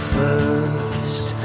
first